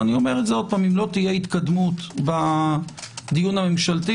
ושוב אם לא תהיה התקדמות בדיון הממשלתי,